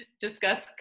discuss